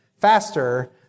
faster